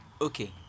Okay